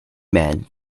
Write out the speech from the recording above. man